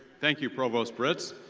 thank you, provost britz.